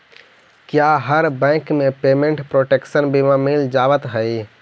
क्या हर बैंक में पेमेंट प्रोटेक्शन बीमा मिल जावत हई